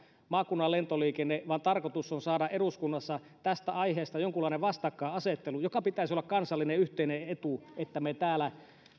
maakunnan lentoliikennettä vaan tarkoitus on saada eduskunnassa tästä aiheesta jonkunlainen vastakkainasettelu sen pitäisi olla kansallinen yhteinen etu että me täällä